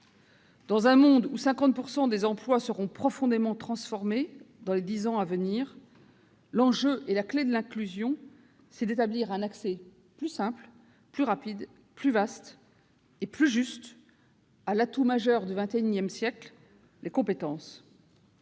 Dans un monde où 50 % des emplois seront profondément transformés dans les dix ans à venir, l'enjeu, et la clé de l'inclusion, c'est d'établir un accès plus simple, plus rapide, plus vaste et plus juste à l'atout majeur du XXI siècle : les compétences.